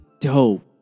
dope